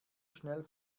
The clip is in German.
schnell